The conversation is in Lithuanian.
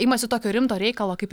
imasi tokio rimto reikalo kaip